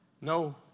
no